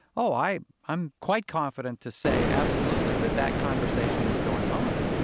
oh, i'm i'm quite confident to say, absolutely, that that conversation is going on,